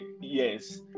yes